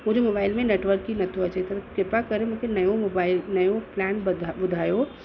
मुंहिंजे मोबाइल में नेटवर्क ई नथो अचे त कृपा करे मूंखे नओं मोबाइल नओं प्लैन बधा ॿुधायो